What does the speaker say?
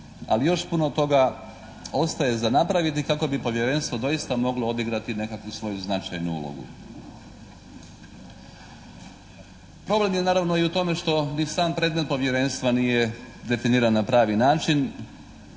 Ali još puno toga ostaje za napraviti kako bi Povjerenstvo doista moglo odigrati nekakvu svoju značajnu ulogu. Problem je naravno u tome što ni sam predmet Povjerenstva nije definiran na pravi način.